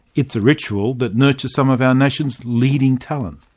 it's a ritual that nurtures some of our nation's leading talent.